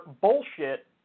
bullshit